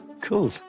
cool